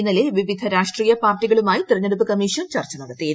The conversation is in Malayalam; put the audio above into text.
ഇന്നലെ വ്വിപ്പിധ് രാഷ്ട്രീയ പാർട്ടികളുമായി തെരഞ്ഞെടുപ്പ് കമ്മീഷൻ ചർച്ച നടത്തിയിരുന്നു